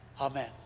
Amen